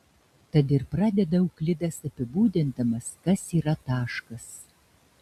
tad ir pradeda euklidas apibūdindamas kas yra taškas